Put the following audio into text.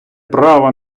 право